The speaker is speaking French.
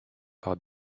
par